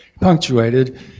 punctuated